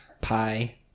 Pi